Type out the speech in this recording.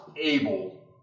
able